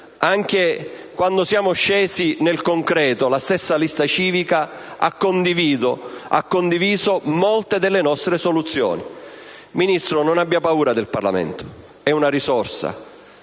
Quando siamo scesi nel concreto la stessa Scelta Civica ha condiviso molte delle nostre soluzioni. Ministro, non abbia paura del Parlamento: è una risorsa